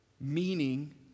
meaning